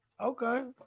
Okay